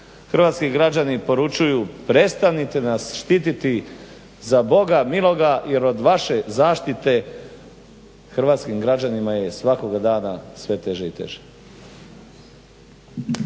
hrvatski građani poručuju prestanite nas štititi za boga miloga jer od vaše zaštite hrvatskim građanima je svakoga dana sve teže i teže.